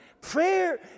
Prayer